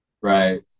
right